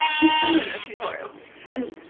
this isn't a tutorial and